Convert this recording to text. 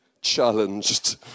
challenged